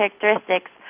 characteristics